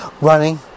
running